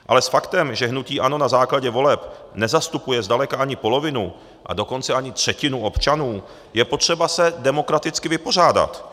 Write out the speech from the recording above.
Ale s faktem, že hnutí ANO na základě voleb nezastupuje zdaleka ani polovinu, a dokonce ani třetinu občanů, je potřeba se demokraticky vypořádat.